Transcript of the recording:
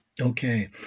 Okay